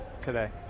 today